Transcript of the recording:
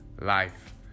life